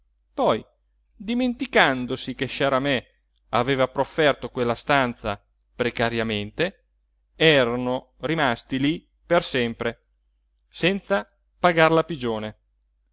poi dimenticandosi che sciaramè aveva profferto quella stanza precariamente erano rimasti lí per sempre senza pagar la pigione